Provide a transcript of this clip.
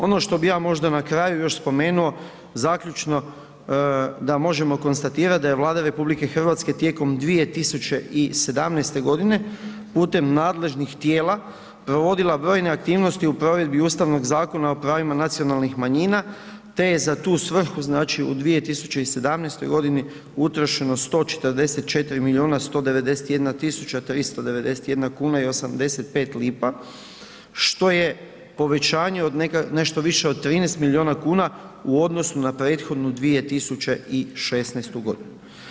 Ono što bi ja možda na kraju još spomenuo, zaključno da možemo konstatirati da je Vlada RH tijekom 2017. godine putem nadležnih tijela provodila brojne aktivnosti u provedbi Ustavnog zakona o pravima nacionalnih manjina te je za tu svrhu, znači u 2017. godini utrošeno 144.191.391,85 kuna što je povećanje od nešto više od 13 miliona kuna u odnosu na prethodnu 2016. godinu.